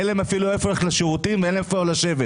אין להם אפילו איפה ללכת לשירותים ואין להם איפה לשבת.